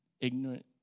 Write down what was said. ignorant